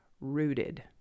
rooted